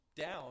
down